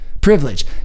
privilege